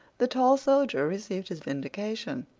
the tall soldier received his vindication.